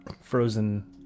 frozen